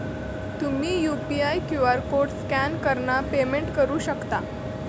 तुम्ही UPI QR code scan करान payment करू शकता